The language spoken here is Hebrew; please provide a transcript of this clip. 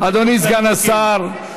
אדוני סגן השר,